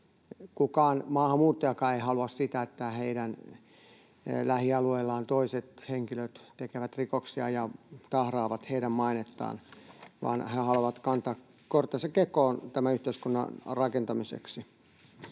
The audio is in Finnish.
Kukaan maahanmuuttajakaan ei halua sitä, että heidän lähialueellaan toiset henkilöt tekevät rikoksia ja tahraavat heidän mainettaan, vaan he haluavat kantaa kortensa kekoon tämän yhteiskunnan rakentamiseksi.